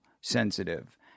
sensitive